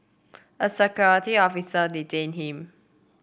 a security officer detained him